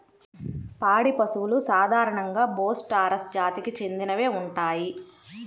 పాడి పశువులు సాధారణంగా బోస్ టారస్ జాతికి చెందినవే ఉంటాయి